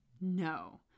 No